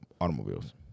automobiles